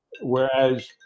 whereas